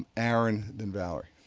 aaron and valerie.